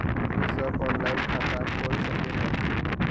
हम सब ऑनलाइन खाता खोल सके है?